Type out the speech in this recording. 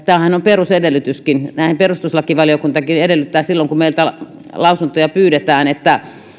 tämähän on perus edellytyskin perustuslakivaliokuntakin edellyttää silloin kun meiltä lausuntoja pyydetään että